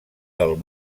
del